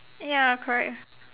ya correct